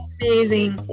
amazing